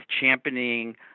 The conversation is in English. championing